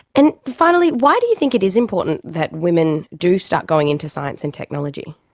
and finally, why do you think it is important that women do start going into science and technology?